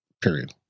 period